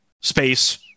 Space